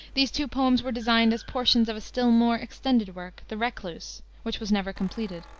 these two poems were designed as portions of a still more extended work, the recluse, which was never completed.